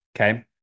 okay